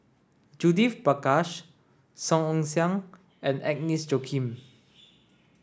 Judith Prakash Song Ong Siang and Agnes Joaquim